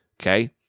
okay